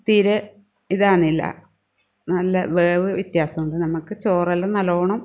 തീരെ ഇതാകുന്നില്ല നല്ല വേവ് വ്യത്യാസമുണ്ട് നമ്മൾക്ക് ചോറെല്ലാം നല്ലോണം